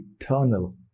eternal